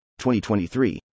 2023